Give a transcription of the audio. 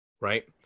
Right